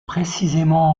précisément